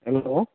hello